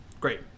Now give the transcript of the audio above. great